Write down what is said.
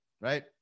Right